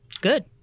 Good